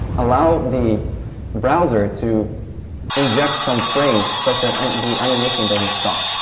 allow the browser to inject some frames such that the animation doesn't stop.